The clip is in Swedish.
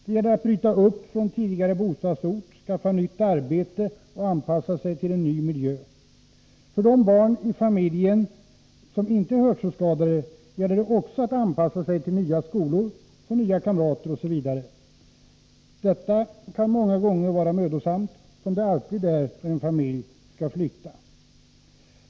Det gäller då att bryta upp från tidigare bostadsort, skaffa nytt arbete och anpassa sig till en ny miljö. Också för de barn i familjen som inte är hörselskadade gäller det att anpassa sig till nya skolor, få nya kamrater osv. Detta kan många gånger vara mödosamt som det alltid är när en familj skall flytta.